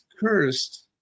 cursed